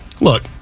Look